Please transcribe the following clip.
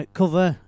cover